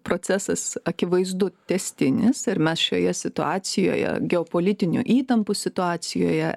procesas akivaizdu tęstinis ir mes šioje situacijoje geopolitinių įtampų situacijoje